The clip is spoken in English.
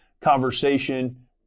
conversation